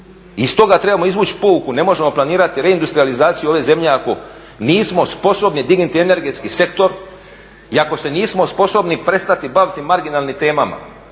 I stoga trebamo izvući poruku, ne možemo planirati reindustrijalizaciju ove zemlje ako nismo sposobni dignuti energetski sektor i ako se nismo sposobni prestati baviti marginalnim temama.